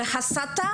בהסתה?